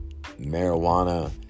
marijuana